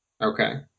Okay